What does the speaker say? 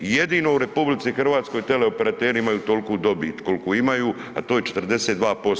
I jedino u RH teleoperateri imaju toliku dobit koliku imaju, a to je 42%